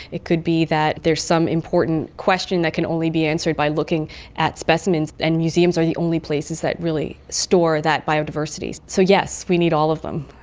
it could be that there is some important question that can only be answered by looking at specimens, and museums are the only places that really store that biodiversity. so yes, we need all of them.